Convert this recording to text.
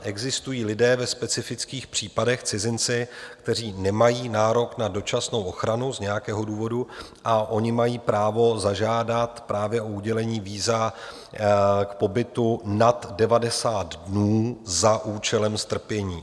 Existují lidé ve specifických případech, cizinci, kteří nemají nárok na dočasnou ochranu z nějakého důvodu, a oni mají právo zažádat právě o udělení víza k pobytu nad 90 dnů za účelem strpění.